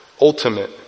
ultimate